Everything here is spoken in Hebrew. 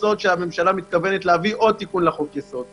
והממשלה מתכוונת להביא עוד תיקון לחוק יסוד.